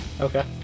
Okay